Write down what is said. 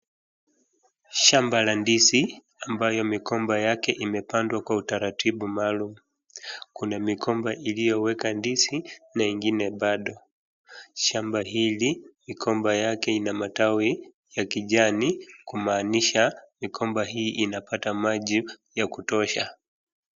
Shamba la ndizi ambayo mogomba yake imepandwa kwa utaratibu maalum. Kuna migomba iliyoweka ndizi na ingine bado. Shamba hili migomba yake ina matawi ya kijani kumaanisha migomba hii inapata maji ya kutosha.